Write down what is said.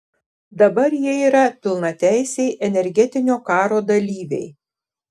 dabar jie yra pilnateisiai energetinio karo dalyviai